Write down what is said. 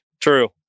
True